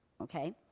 okay